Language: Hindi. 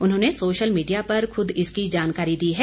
उन्होंने सोशल मीडिया पर खुद इसकी जानकारी दी है